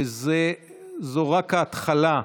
וזו רק ההתחלה,